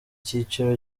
cyiciro